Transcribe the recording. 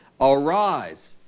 arise